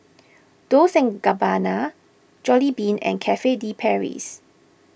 Dolce and Gabbana Jollibean and Cafe De Paris